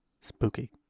Spooky